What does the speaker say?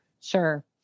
Sure